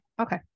okay